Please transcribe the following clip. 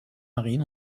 marines